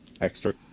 extra